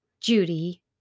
Judy